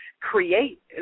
create